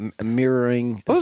mirroring